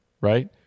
right